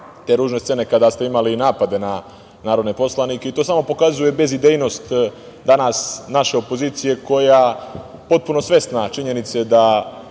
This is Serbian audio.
Hvala vam